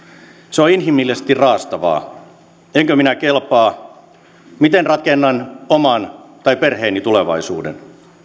se on inhimillisesti raastavaa enkö minä kelpaa miten rakennan oman tai perheeni tulevaisuuden